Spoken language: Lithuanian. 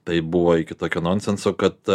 tai buvo iki tokio nonsenso kad